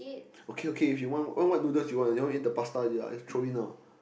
okay okay if you want what want noodles you want to eat the pasta is it just throw in ah